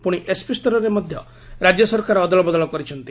ପୁଶି ଏସପି ସ୍ତରରେ ମଧ୍ଧ ରାଜ୍ୟସରକାର ଅଦଳବଦଳ କରିଛନ୍ତି